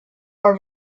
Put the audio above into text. are